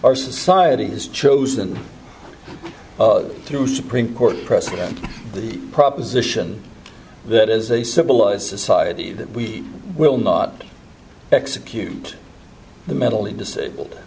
our society has chosen to supreme court precedent the proposition that as a civilized society that we will not execute the mentally disabled